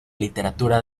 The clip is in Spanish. literatura